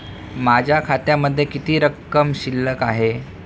माझ्या खात्यामध्ये किती रक्कम शिल्लक आहे?